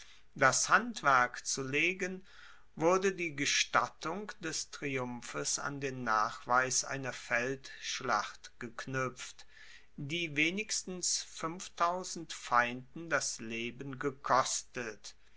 das handwerk zu legen wurde die gestattung des triumphes an den nachweis einer feldschlacht geknuepft die wenigstens feinden das leben gekostet